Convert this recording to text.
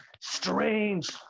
strange